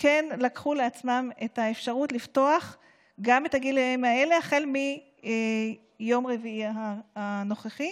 כן לקחו לעצמם את האפשרות לפתוח גם לגילאים האלה החל מיום רביעי הנוכחי.